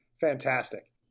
Fantastic